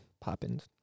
poppins